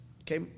okay